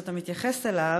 שאתה מתייחס אליו,